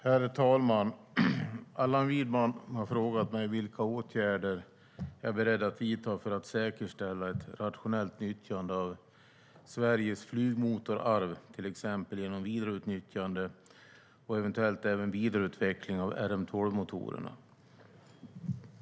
Herr talman! Allan Widman har frågat mig vilka åtgärder jag är beredd att vidta för att säkerställa ett rationellt nyttjande av Sveriges flygmotorarv, till exempel genom vidarenyttjande och eventuellt även vidareutveckling av RM12-motorerna.